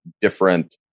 different